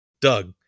Doug